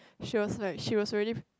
she was like she was really